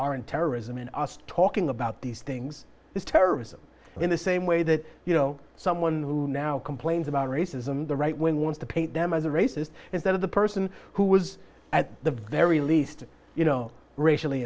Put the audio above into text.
aren't terrorism and talking about these things is terrorism in the same way that you know someone who now complains about racism the right wing wants to paint them as a racist instead of the person who was at the very least you know racially